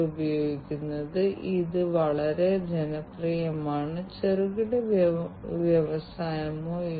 അഗ്നിശമന ആപ്ലിക്കേഷൻ ഡൊമെയ്നിലെ IIoT ഉപയോഗത്തിന്റെ സഹായത്തോടെ